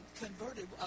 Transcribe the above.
converted